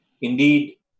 indeed